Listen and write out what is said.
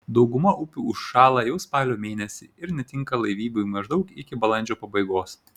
dauguma upių užšąla jau spalio mėnesį ir netinka laivybai maždaug iki balandžio pabaigos